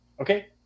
okay